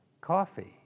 coffee